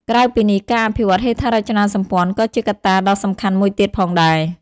ក្រៅពីនេះ ការអភិវឌ្ឍហេដ្ឋារចនាសម្ព័ន្ធ ក៏ជាកត្តាដ៏សំខាន់មួយទៀតផងដែរ។